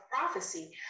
prophecy